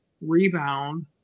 rebound